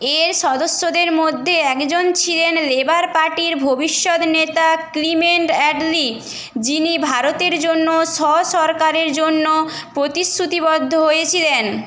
এর সদস্যদের মধ্যে একজন ছিলেন লেবার পার্টির ভবিষ্যৎ নেতা ক্লিমেন্ট অ্যাটলি যিনি ভারতের জন্য স্ব সরকারের জন্য প্রতিশ্রুতিবদ্ধ হয়েছিলেন